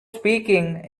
speaking